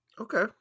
Okay